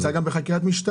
זה נמצא גם בחקירת משטרה.